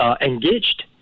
engaged